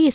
S